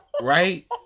Right